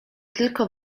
tylko